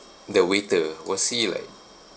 the waiter was he like